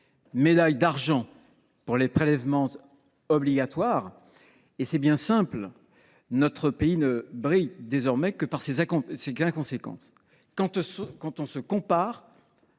médaille d’argent pour les prélèvements obligatoires. C’est bien simple, notre pays ne brille désormais que par ses inconséquences. Quand on se compare,